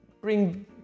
bring